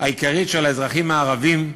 העיקרית של האזרחים הערבים בישראל,